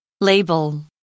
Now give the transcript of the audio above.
Label